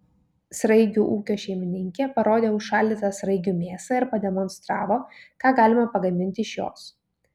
sraigių ūkio šeimininkė parodė užšaldytą sraigių mėsą ir pademonstravo ką galima pagaminti iš jos